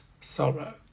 sorrow